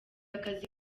akazi